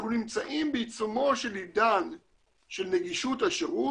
אנחנו נמצאים בעיצומו של עידן של נגישות השירות